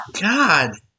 God